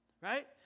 right